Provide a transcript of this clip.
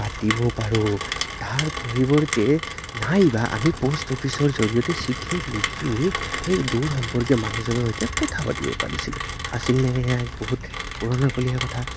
পাতিব পাৰোঁ তাৰ পৰিৱৰ্তে নাইবা আমি প'ষ্ট অফিচৰ জৰিয়তে চিঠি লিখি সেই দূৰ সম্পৰ্কীয় মানুহজনৰ সৈতে কথা পাতিব পাৰিছিলোঁ আছিল নে এয়া এক বহুত পুৰণা কলীয়া কথা